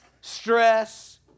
stress